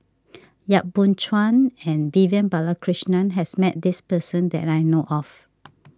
Yap Boon Chuan and Vivian Balakrishnan has met this person that I know of